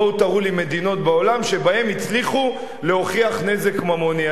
בואו תראו לי מדינות בעולם שבהן הצליחו להוכיח נזק ממוני.